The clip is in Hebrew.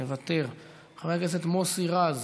מוותר, חבר הכנסת מוסי רז,